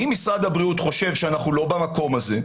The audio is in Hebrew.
אם משרד הבריאות חושב שאנחנו לא במקום הזה,